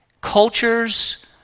cultures